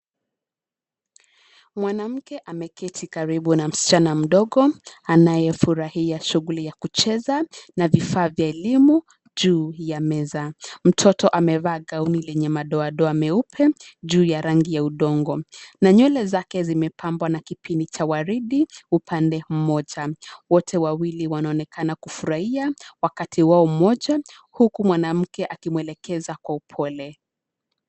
Mwanamke ameketi karibu na msichana mdogo anayefurahia shughuli ya kucheza na vifaa vya elimu juu ya meza. Mtoto amevaa gown lenye madoadoa meupe juu ya rangi ya udongo, na nywele zake zimepambwa na kipini cha waridi upande mmoja . Wote wawili wanaonekana kufurahia wakati wao moja huku mwanamke akimwelekeza kwa upole.